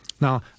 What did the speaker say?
Now